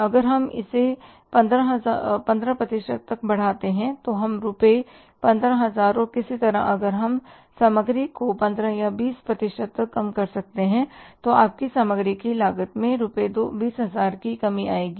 अगर हम इसे 15 प्रतिशत तक बढ़ाते हैं तो हम रु 15000 और किसी तरह अगर हम सामग्री को को 15 या 20 प्रतिशत तक कम कर सके तो आपकी सामग्री की लागत में रु 20000 की कमी आएगी